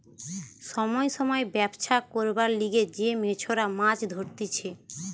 সময় সময় ব্যবছা করবার লিগে যে মেছোরা মাছ ধরতিছে